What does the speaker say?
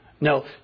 No